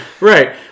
right